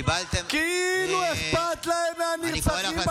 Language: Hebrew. אתה שקרן, חברת הכנסת מירב